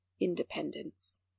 Independence